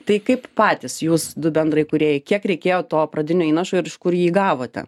tai kaip patys jūs du bendrai kurie į kiek reikėjo to pradinio įnašo ir iš kur jį gavote